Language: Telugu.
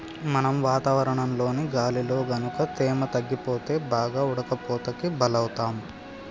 మనం వాతావరణంలోని గాలిలో గనుక తేమ తగ్గిపోతే బాగా ఉడకపోతకి బలౌతాం